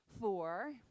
four